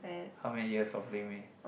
how many years of